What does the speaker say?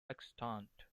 extant